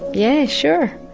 yeah sure.